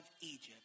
Egypt